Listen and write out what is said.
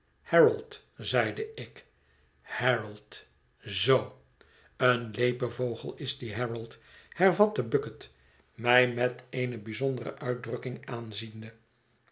harold zeide ik harold zoo een leepe vogel is die harold hervatte bucket mij met eene bijzondere uitdrukking aanziende